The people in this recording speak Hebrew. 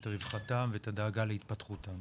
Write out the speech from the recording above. את רווחתם ואת הדאגה להתפתחותם.